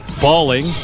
Balling